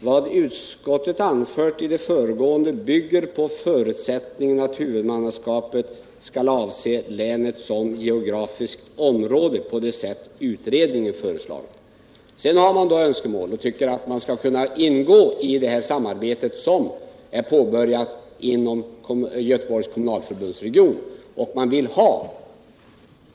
”Vad utskottet anfört i det föregående bygger på förutsättningen att huvudmannaskapet skall avse länet som geografiskt område på det sätt som utredningen föreslagit.” Sedan framför man önskemålet att man skall kunna ingå i det samarbete som är påbörjat inom Göteborgsregionens kommunalförbund.